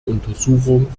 untersuchung